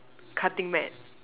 cutting mat